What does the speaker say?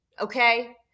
okay